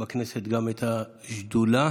בכנסת גם את השדולה,